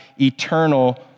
eternal